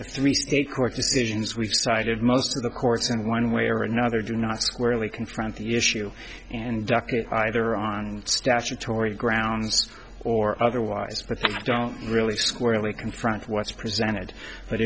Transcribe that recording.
three state court decisions we decided most of the courts in one way or another do not squarely confront the issue and duck it either on statutory grounds or otherwise but they don't really squarely confront what's presented but